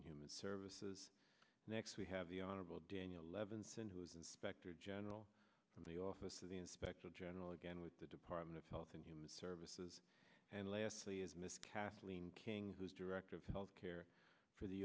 and human services next we have the honorable daniel levinson who is inspector general in the office of the inspector general again with the department of health and human services and lastly is miss kathleen king who's director of health care for the